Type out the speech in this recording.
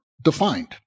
defined